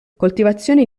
coltivazione